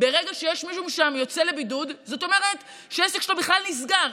ברגע שמישהו שם יוצא לבידוד זאת אומרת שהעסק שלו בכלל נסגר.